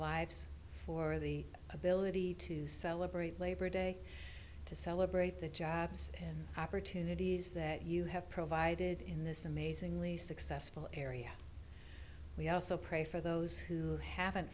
lives for the ability to celebrate labor day to celebrate the jobs and opportunities that you have provided in this amazingly successful area we also pray for those who haven't